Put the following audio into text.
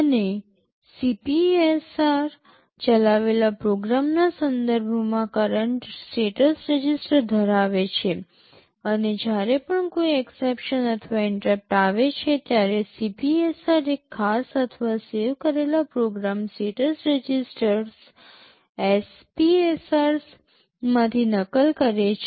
અને CPSR ચલાવેલા પ્રોગ્રામના સંદર્ભમાં કરંટ સ્ટેટસ રજિસ્ટર ધરાવે છે અને જ્યારે પણ કોઈ એક્સેપ્શન અથવા ઇન્ટરપ્ટ આવે છે ત્યારે CPSR એક ખાસ અથવા સેવ કરેલા પ્રોગ્રામ સ્ટેટસ રજિસ્ટર્સ SPSRs માંથી નકલ કરે છે